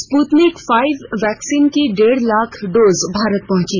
Sputnik five vaccine की डेढ़ lakh dose Bharat पहुंची